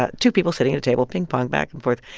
ah two people sitting at a table, pingpong back and forth.